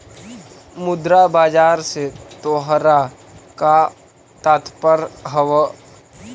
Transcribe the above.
मुद्रा बाजार से तोहरा का तात्पर्य हवअ